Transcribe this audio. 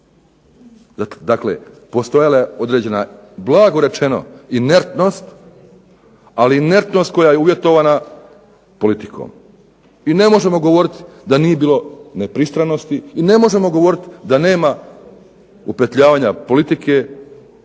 Dakle, postojala je određena blago rečeno inertnost, ali inertnost koja je uvjetovana politikom. I ne možemo govoriti da nije bilo nepristranosti i ne možemo govoriti da nema upetljavanje politike